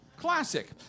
Classic